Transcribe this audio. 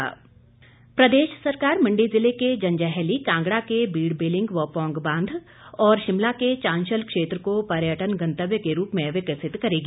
मुख्यमंत्री प्रदेश सरकार मण्डी जिले के जंजैहली कांगड़ा के बीड़ बिलिंग व पाँग बांध और शिमला के चांशल क्षेत्र को पर्यटन गन्तव्य के रूप में विकसित करेगी